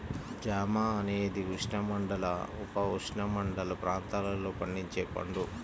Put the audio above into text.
జామ అనేది ఉష్ణమండల, ఉపఉష్ణమండల ప్రాంతాలలో పండించే పండు